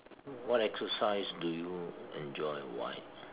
what exercise do you enjoy why